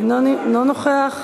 אינו נוכח,